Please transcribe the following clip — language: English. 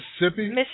Mississippi